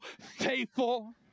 faithful